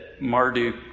Marduk